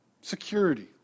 security